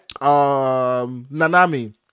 Nanami